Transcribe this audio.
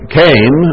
came